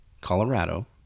Colorado